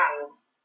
hands